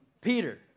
Peter